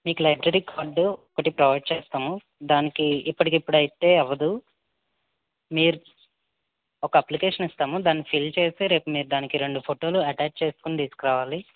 మీకు library card ఒకటి provide చేస్తాము దానికి ఇప్పటికిప్పుడు అయితే అవ్వదు మీరు ఒక అప్లికేషన్ ఇస్తాము దాన్ని ఫిల్ చేసి రేపు మీరు దానికి రెండు ఫోటోలు అటాచ్ చేసుకుని తీసుకురావాలి